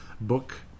Book